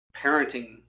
parenting